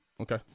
Okay